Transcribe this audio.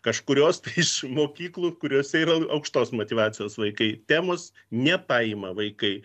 kažkurios tai iš mokyklų kuriose yra aukštos motyvacijos vaikai temos nepaima vaikai